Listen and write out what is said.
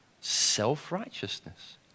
self-righteousness